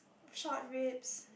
short ribs